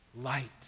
light